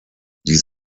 die